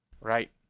Right